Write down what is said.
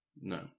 no